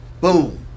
Boom